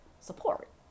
support